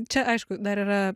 čia aišku dar yra